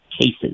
cases